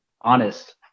honest